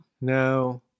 No